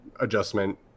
adjustment